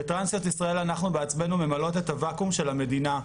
בטרנסיות ישראל אנחנו בעצמנו ממלאות את הוואקום של המדינה.